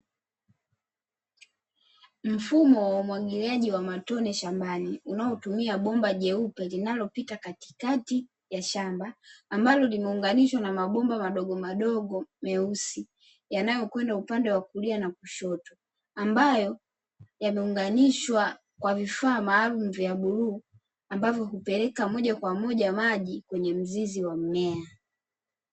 Mfumo wa umwagiliaji wa matone shambani, unaotumia bomba jeupe linalopita katikati ya shamba, ambalo limeunganishwa na mabomba madogo meusi, yanayokwenda upande wa kulia na kushoto, ambayo yameunganishwa kwa vifaa maalumu vya bluu, ambavyo hupeleka moja kwa moja maji kwenye mzizi wa mmea.